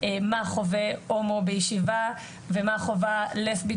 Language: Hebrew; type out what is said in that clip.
מה חווה הומו בישיבה ומה חווה לסבית